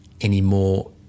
anymore